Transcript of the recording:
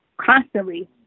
constantly